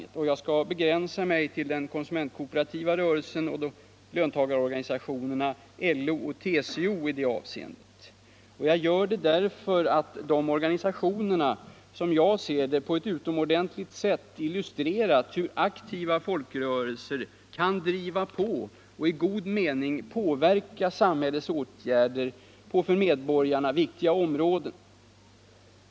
Jag skall i det avseendet begränsa mig till den konsumentkooperativa rörelsen och löntagarorganisationerna LO och TCO. Jag gör det därför att dessa organisationer, som jag ser det, på ett utomordentligt sätt illustrerat hur aktiva folkrörelser kan driva på och i god mening påverka samhällets åtgärder på för medborgarna viktiga områden.